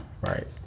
Right